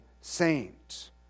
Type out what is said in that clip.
saint